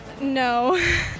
No